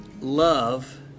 love